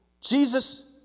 Jesus